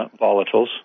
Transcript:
volatiles